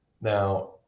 Now